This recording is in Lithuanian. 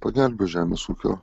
pagelbės žemės ūkio